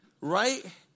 right